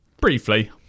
Briefly